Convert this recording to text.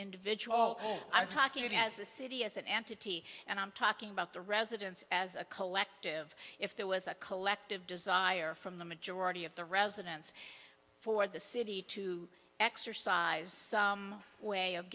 individual all i'm talking as the city as an entity and i'm talking about the residents as a collective if there was a collective desire from the majority of the residents for the city to exercise some way of